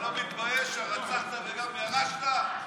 הרגתם את הכנסת.